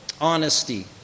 honesty